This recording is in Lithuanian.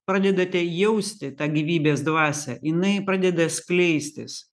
pradedate jausti tą gyvybės dvasią jinai pradeda skleistis